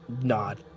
nod